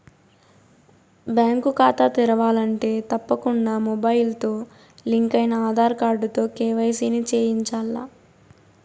bank కాతా తెరవాలంటే తప్పకుండా మొబయిల్తో లింకయిన ఆదార్ కార్డుతో కేవైసీని చేయించాల్ల